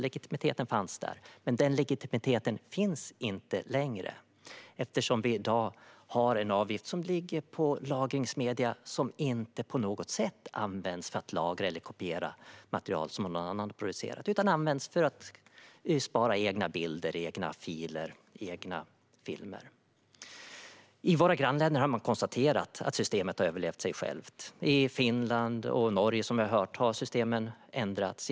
Legitimiteten fanns alltså där, men den finns inte längre eftersom vi i dag har en avgift som bygger på medielagrare som inte på något sätt används för att lagra eller kopiera material som någon annan har producerat utan för att spara egna bilder, filer eller filmer. I våra grannländer har man konstaterat att systemet har överlevt sig självt. I Finland och Norge har, som vi har hört, systemen ändrats.